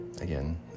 Again